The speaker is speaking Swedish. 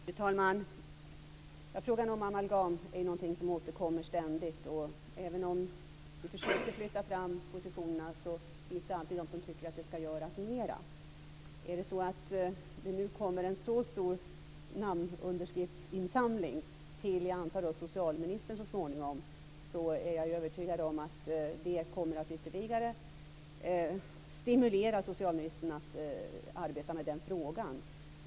Fru talman! Frågan om amalgam återkommer ständigt. Även om vi försöker flytta fram positionerna finns det alltid de som tycker att det ska göras mer. Om det nu kommer en så stor samling namnunderskrifter till socialministern så småningom, är jag övertygad om att det ytterligare kommer att stimulera socialministern att arbeta med den frågan.